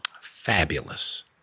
Fabulous